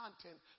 content